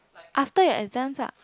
after your exams lah